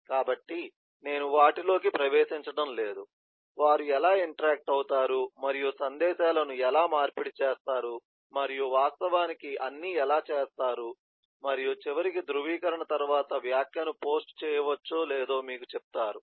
కాబట్టి నేను వాటిలోకి ప్రవేశించడం లేదు వారు ఎలా ఇంటరాక్ట్ అవుతారు మరియు సందేశాలను ఎలా మార్పిడి చేస్తారు మరియు వాస్తవానికి అన్నీ ఎలా చేస్తారు మరియు చివరికి ధ్రువీకరణ తర్వాత వ్యాఖ్యను పోస్ట్ చేయవచ్చో లేదో మీకు చెప్తారు